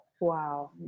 Wow